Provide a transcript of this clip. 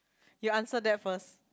you answer that first